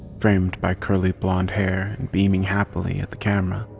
framed by curly blond hair and beaming happily at the camera.